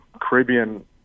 Caribbean